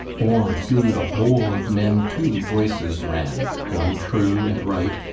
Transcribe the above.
or through the whole of men two voices ran, one true and right,